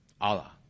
Allah